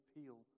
appeal